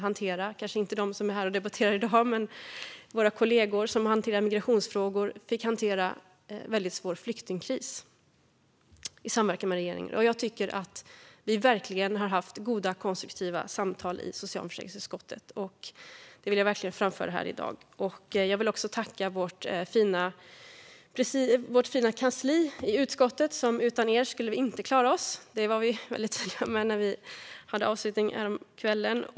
Våra kollegor som hanterar migrationsfrågor i samma utskott fick då hantera en väldigt svår flyktingkris i samverkan med regeringen. Jag tycker verkligen att vi har haft goda och konstruktiva samtal i socialförsäkringsutskottet. Det vill jag framföra här i dag. Även vårt fina utskottskansli vill jag tacka. Utan er skulle vi inte klara oss. Det var vi väldigt tydliga med när vi hade avslutning häromkvällen.